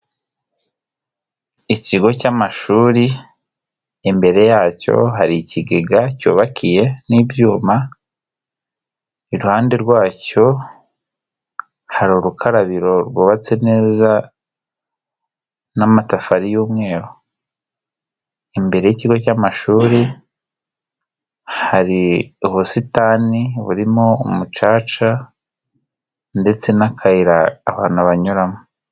Ikigo cy'amashuri, imbere yacyo hari ikigega cyubakiye n'ibyuma iruhande rwacyo hari urukarabiro rwubatse neza n'amatafari y'umweru, imbere y'ikigo cy'amashuri hari ubusitani burimo umucaca ndetse n'akayira abantu banyuramo.